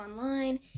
online